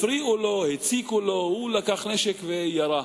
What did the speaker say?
הפריעו לו, הציקו לו, הוא לקח נשק וירה.